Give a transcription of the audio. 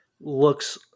looks